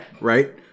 right